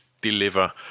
deliver